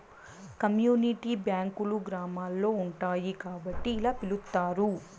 community బ్యాంకులు గ్రామాల్లో ఉంటాయి కాబట్టి ఇలా పిలుత్తారు